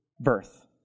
birth